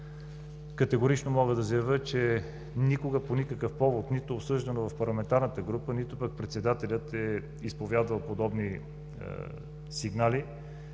Категорично мога да заявя, че никога, по никакъв повод нито е обсъждано в парламентарната група, нито пък председателят е изповядвал подобни сигнали,